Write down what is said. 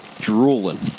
drooling